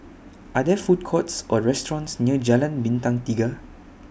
Are There Food Courts Or restaurants near Jalan Bintang Tiga